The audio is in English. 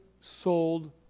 sold